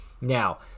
Now